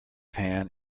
pan